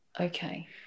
Okay